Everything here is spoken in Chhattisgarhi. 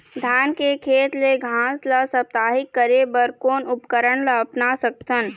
धान के खेत ले घास ला साप्ताहिक करे बर कोन उपकरण ला अपना सकथन?